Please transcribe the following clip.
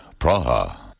Praha